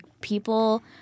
people